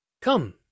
Come